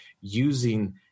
using